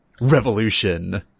Revolution